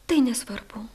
tai nesvarbu